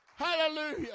Hallelujah